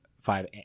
Five